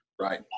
Right